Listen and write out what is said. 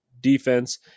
defense